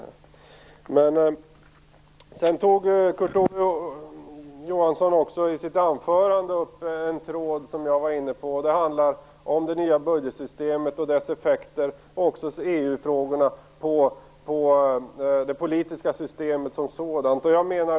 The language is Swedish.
I sitt huvudanförande tog Kurt Ove Johansson upp en tråd i en fråga som jag också varit inne på, nämligen det nya budgetsystemet och dess effekter samt EU-frågorna och det politiska systemet som sådant.